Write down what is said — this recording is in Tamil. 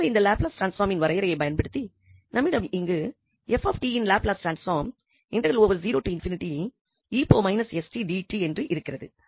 எனவே இந்த லாப்லஸ் டிரான்ஸ்பாமின் வரையறையை பயன்படுத்தி நம்மிடம் இங்கு 𝑓𝑡 இன் லாப்லஸ் டிரான்ஸ்பாம் என்று இருக்கிறது